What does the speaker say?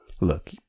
Look